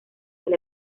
del